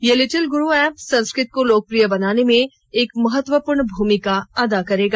ये Little Guru app Sanskrit को लोकप्रिय बनाने में एक महत्वपूर्ण भूमिका अदा करेगा